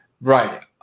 Right